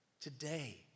today